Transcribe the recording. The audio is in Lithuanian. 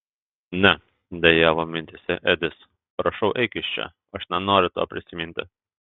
ne dejavo mintyse edis prašau eik iš čia aš nenoriu to prisiminti